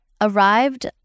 arrived